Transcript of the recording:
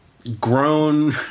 grown